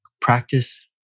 practice